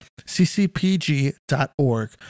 ccpg.org